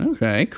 Okay